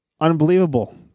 unbelievable